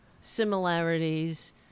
similarities